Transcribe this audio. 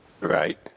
right